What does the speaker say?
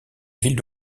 ville